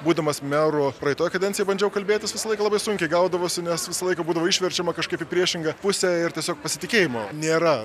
būdamas meru praeitoj kadencijoj bandžiau kalbėtis visą laiką labai sunkiai gaudavosi nes visą laiką būdavo išverčiama kažkaip į priešingą pusę ir tiesiog pasitikėjimo nėra